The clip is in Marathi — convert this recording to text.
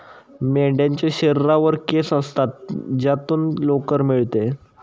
मेंढ्यांच्या शरीरावर केस असतात ज्यातून लोकर मिळते